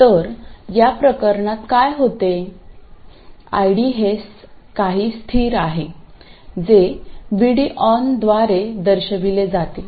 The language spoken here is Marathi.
तर या प्रकरणात काय होते VD हे काही स्थिर आहे जे VD ON द्वारे दर्शविले जाते